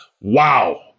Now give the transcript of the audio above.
wow